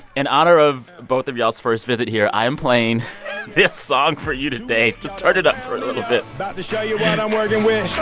in honor of both of y'all's first visit here, i am playing this song for you today. just turn it up for a little bit about to show you what i'm working with.